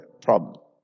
problem